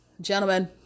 Gentlemen